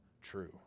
true